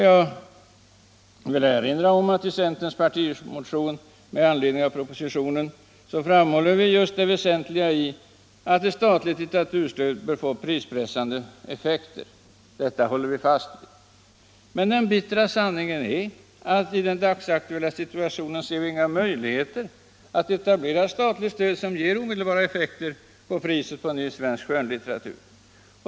Jag vill erinra om att vi i centerns partimotion med anledning av propositionen framhåller just det väsentliga i att ett statligt litteraturstöd bör få prispressande effekter. Detta håller vi fast vid. Men den bittra sanningen är att vi i den dagsaktuella situationen inte ser några möjligheter att etablera statligt stöd som ger omedelbara effekter på priset på ny svensk skönlitteratur.